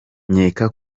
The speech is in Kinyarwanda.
nkeka